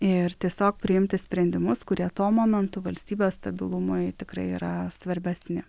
ir tiesiog priimti sprendimus kurie tuo momentu valstybės stabilumui tikrai yra svarbesni